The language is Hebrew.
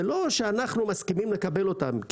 זה לא שאנחנו מסכימים לקבל אותם.